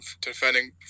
defending